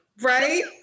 Right